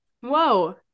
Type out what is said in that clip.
Whoa